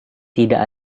tidak